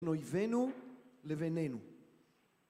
בין אויבינו לבנינו